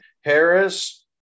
harris